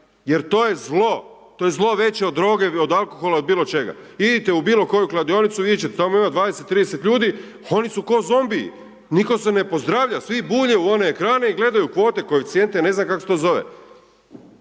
jer to je zlo, to je zlo veće od droge i od alkohola i od biločega. Idite u bilokoju kladionicu i vidjet ćete, tamo ima 20, 30 ljudi, oni su ko zombiji. Nitko se ne pozdravlja, svi bulje u one ekrane i gledaju u kvote, koeficijente, ne znam kako se to zove.